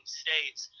states